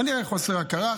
כנראה חוסר הכרה,